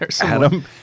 Adam